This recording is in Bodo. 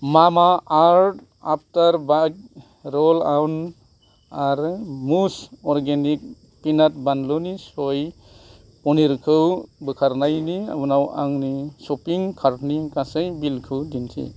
Mamaearth after bite roll on आरो मुज अरगेनिक पिनाट बानलुनि सय पनिरखौ बोखारनायनि उनाव आंनि सपिं कार्टनि गासै बिलखौ दिन्थि